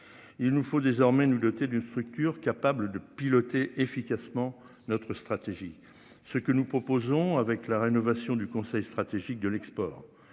Il nous faut désormais nous doter d'une structure capable de piloter efficacement notre stratégie. Ce que nous proposons avec la rénovation du conseil stratégique de l'export.